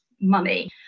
money